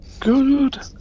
good